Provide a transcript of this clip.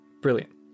Brilliant